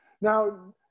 Now